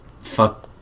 Fuck